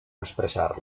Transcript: expressar